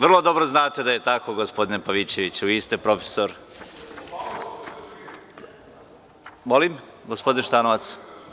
Vrlo dobro znate da je tako gospodine Pavićeviću, vi ste profesor. [[Dragan Šutanovac, s mesta: Hoćemo pauzu dok ne dođe ministar?]] Molim, gospodine Šutanovac?